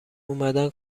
اومدن